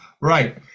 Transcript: Right